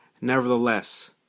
Nevertheless